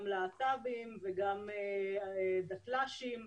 גם להט"בים וגם דתל"שים,